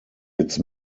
its